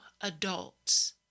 adults